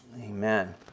Amen